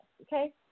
okay